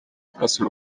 kurasa